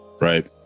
right